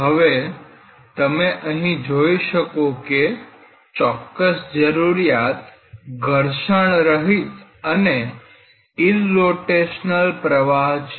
હવે તમે અહી જોઈ શકો કે ચોક્કસ જરૂરિયાત ઘર્ષણરહિત અને ઈરરોટેશનલ પ્રવાહ છે